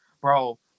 bro